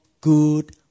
good